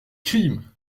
crime